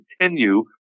continue